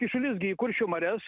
kyšulys gi į kuršių marias